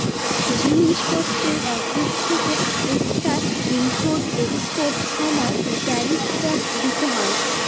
জিনিস পত্রের এক দেশ থেকে আরেকটায় ইম্পোর্ট এক্সপোর্টার সময় ট্যারিফ ট্যাক্স দিতে হয়